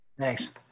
thanks